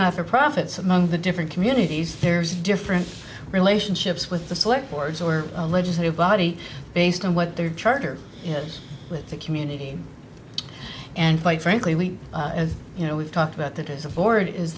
not for profits among the different communities there's different relationships with the select boards or a legislative body based on what their charter is with the community and quite frankly as you know we've talked about that as a board is